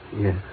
Yes